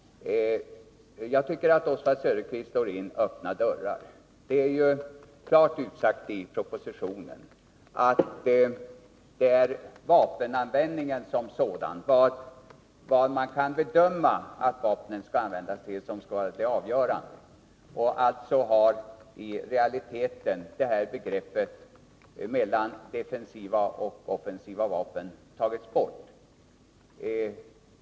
Jag tycker att Oswald Söderqvist slår in öppna dörrar. Det är ju klart utsagt i propositionen att det är den förmodade vapenanvändningen som skall vara det avgörande. I realiteten har begreppen offensiva och defensiva vapen tagits bort.